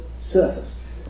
surface